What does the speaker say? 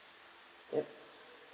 yup